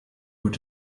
were